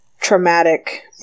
traumatic